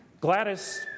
Gladys